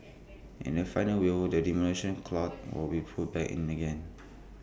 in the final will the Demolition Clause will be put back in again